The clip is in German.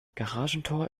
garagentor